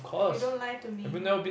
eh don't lie to me